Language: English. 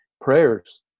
prayers